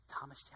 Thomas